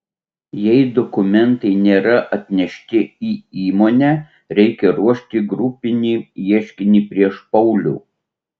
jei dokumentai nėra atnešti į įmonę reikia ruošti grupinį ieškinį prieš paulių